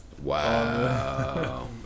wow